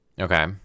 Okay